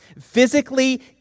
physically